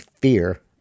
fear